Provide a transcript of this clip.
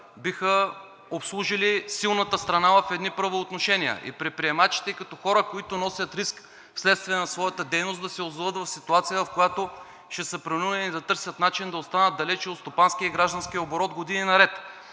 биха обслужили силната страна в едни правоотношения. Предприемачите като хора, които носят риск вследствие на своята дейност, да се озоват в ситуация, в която ще са принудени да търсят начин да останат далеч от стопанския и гражданския оборот години наред.